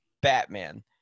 Batman